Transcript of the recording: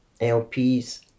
LPs